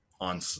on